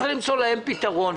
צריך למצוא להן פתרון.